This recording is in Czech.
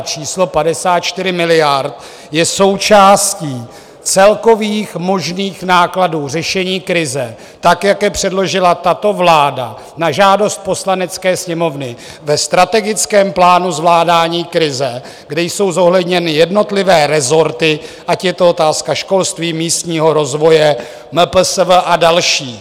Číslo 54 miliard je součástí celkových možných nákladů řešení krize tak, jak je předložila tato vláda na žádost Poslanecké sněmovny ve Strategickém plánu zvládání krize, kde jsou zohledněny jednotlivé rezorty, ať je to otázka školství, místního rozvoje, MPSV a dalších.